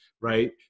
right